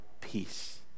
peace